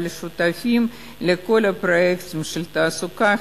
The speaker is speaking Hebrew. אבל הם שותפים לכל הפרויקטים של תעסוקה,